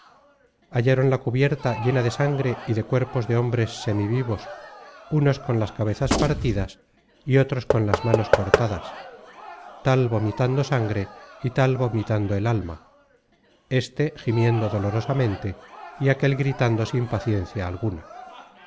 hallaron la cubierta llena de sangre y de cuerpos de hombres semivivos unos con las cabezas partidas y otros con las manos cortadas tal vomitando sangre y tal vomitando el alma éste gimiendo dolorosamente y aquel gritando sin paciencia alguna